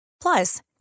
Plus